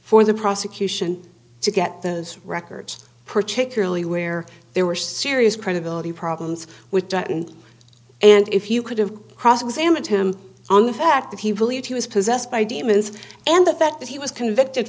for the prosecution to get those records particularly where there were serious credibility problems with dutton and if you could have cross examined him on the fact that he believed he was possessed by demons and the fact that he was convicted